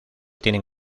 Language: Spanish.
tienen